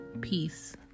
Peace